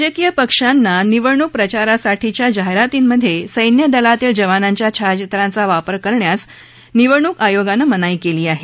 राजकीय पक्षांना निवडणूक प्रचारासाठीच्या जाहीरातींमध्ये सैन्यदलातील जवानांच्या छायाचित्रांचा वापर करण्यास निवडणूक आयोगानं मनाई केली आहे